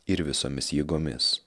ir visomis jėgomis